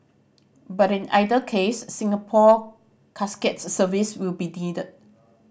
but in either case Singapore Casket's services will be